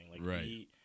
Right